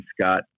Scott